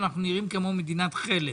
אנחנו נראים כמו מדינת חלם.